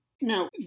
Now